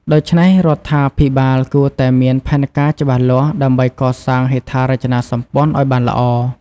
ដូច្នេះ រដ្ឋាភិបាលគួរតែមានផែនការច្បាស់លាស់ ដើម្បីកសាងហេដ្ឋារចនាសម្ព័ន្ធឱ្យបានល្អ។